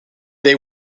they